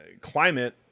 climate